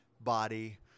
body